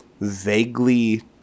vaguely